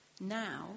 Now